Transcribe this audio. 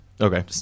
Okay